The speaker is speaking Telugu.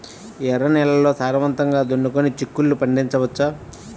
ఎర్ర నేలల్లో సారవంతంగా దున్నుకొని చిక్కుళ్ళు పండించవచ్చు